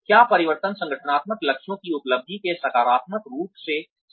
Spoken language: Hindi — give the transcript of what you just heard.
क्या परिवर्तन संगठनात्मक लक्ष्यों की उपलब्धि से सकारात्मक रूप से संबंधित है